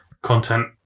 content